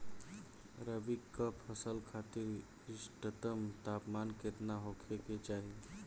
रबी क फसल खातिर इष्टतम तापमान केतना होखे के चाही?